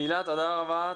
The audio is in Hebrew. הילה תודה רבה.